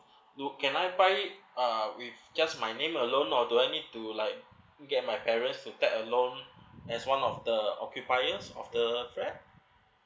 look can I buy it uh with just my name alone or do I need to like get my parents to tag along as one of the occupiers of the flat